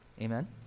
Amen